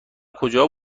کجا